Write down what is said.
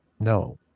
no